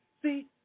See